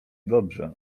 dobrze